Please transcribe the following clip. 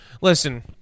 Listen